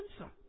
answer